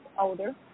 older